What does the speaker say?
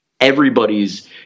everybodys